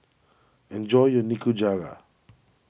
enjoy your Nikujaga